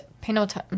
Penalty